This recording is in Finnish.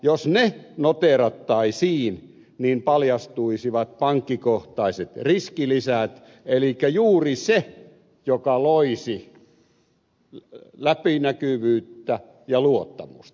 jos ne noteerattaisiin niin paljastuisivat pankkikohtaiset riskilisät elikkä juuri se joka loisi läpinäkyvyyttä ja luottamusta